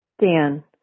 Dan